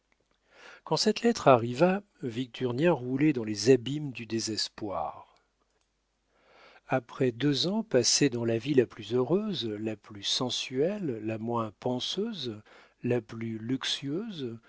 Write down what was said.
quand cette lettre arriva victurnien roulait dans les abîmes du désespoir après deux ans passés dans la vie la plus heureuse la plus sensuelle la moins penseuse la plus luxueuse